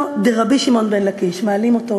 דרבי שמעון בן לקיש" מעלים אותו